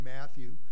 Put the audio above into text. matthew